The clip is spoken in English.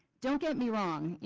don't get me wrong,